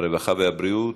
הרווחה והבריאות.